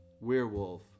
Werewolf